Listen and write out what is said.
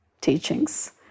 teachings